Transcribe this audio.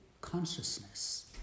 Consciousness